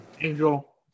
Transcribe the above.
Angel